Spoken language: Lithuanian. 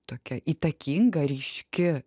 tokia įtakinga ryški